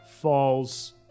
falls